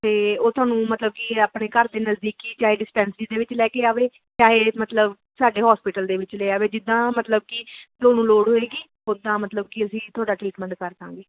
ਅਤੇ ਉਹ ਤੁਹਾਨੂੰ ਮਤਲਬ ਕਿ ਆਪਣੇ ਘਰ ਦੇ ਨਜ਼ਦੀਕੀ ਚਾਹੇ ਡਿਸਪੈਂਸਰੀ ਦੇ ਵਿੱਚ ਲੈ ਕੇ ਆਵੇ ਚਾਹੇ ਮਤਲਬ ਸਾਡੇ ਹੋਸਪਿਟਲ ਦੇ ਵਿੱਚ ਲਿਆਵੇ ਜਿੱਦਾਂ ਮਤਲਬ ਕਿ ਤੁਹਾਨੂੰ ਲੋੜ ਹੋਏਗੀ ਉੱਦਾਂ ਮਤਲਬ ਕਿ ਅਸੀਂ ਤੁਹਾਡਾ ਟ੍ਰੀਟਮੈਂਟ ਕਰ ਦੇਵਾਂਗੇ